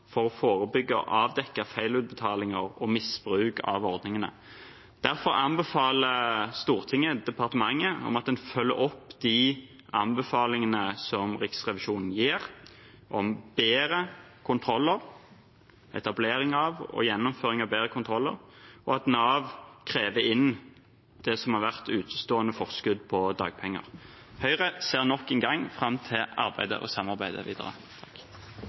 for å forebygge og avdekke feilutbetalinger og misbruk av ordningene. Derfor anbefaler Stortinget departementet å følge opp de anbefalingene Riksrevisjonen gir om bedre kontroller – etablering av og gjennomføring av bedre kontroller – og at Nav krever inn det som har vært utestående forskudd på dagpenger. Høyre ser nok en gang fram til arbeidet og samarbeidet videre.